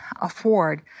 afford